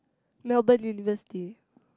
Melbourne university